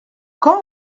quand